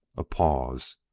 a pause.